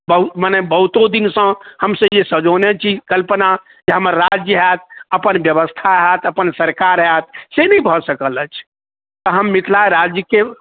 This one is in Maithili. बहुत मने बहुतो दिनसँ हम सब जे सँजोने छी कल्पना जे हमर राज्य हैत अपन बेबस्था हैत अपन सरकार हैत से नहि भऽ सकल अछि हम मिथिला राज्यके